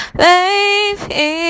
baby